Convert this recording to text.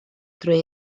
drwy